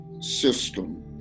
system